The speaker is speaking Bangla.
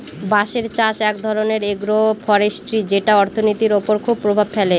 বাঁশের চাষ এক ধরনের এগ্রো ফরেষ্ট্রী যেটা অর্থনীতির ওপর খুব প্রভাব ফেলে